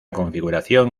configuración